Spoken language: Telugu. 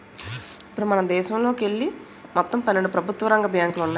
ఇప్పుడు మనదేశంలోకెళ్ళి మొత్తం పన్నెండు ప్రభుత్వ రంగ బ్యాంకులు ఉన్నాయి